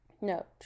no